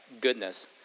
goodness